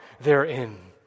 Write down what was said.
therein